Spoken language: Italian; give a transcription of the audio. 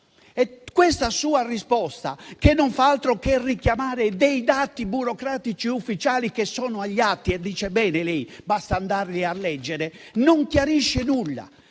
Questa sua risposta, che non fa altro che richiamare dati burocratici ufficiali che sono agli atti - dice bene lei: basta andarli a leggere - non chiarisce nulla,